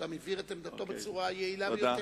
הוא גם הבהיר את עמדתו בצורה היעילה ביותר.